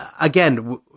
again